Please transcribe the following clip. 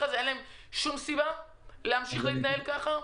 הזה ושאין להם שום סיבה להמשיך להתנהל כך?